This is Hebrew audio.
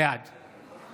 בעד